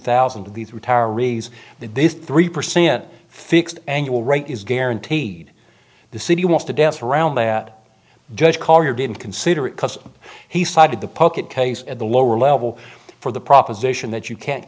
thousand of these retirees that this three percent fixed annual rate is guaranteed the city wants to dance around that just call your didn't consider it custom he cited the poke at case at the lower level for the proposition that you can't